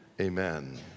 Amen